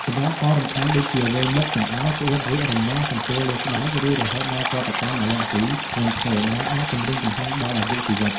សម្រាប់ផលរំខាន់ដូចជា វិលមុខ ចង្អោរ ក្អួត រាគ រមាស់ កន្ទួលលើស្បែក ឬរហូតដល់ប្រតិកម្មអាលែហ្ស៊ីធ្ងន់ធ្ងរ ដែលអាចគំរាមកំហែងដល់អាយុជីវិត។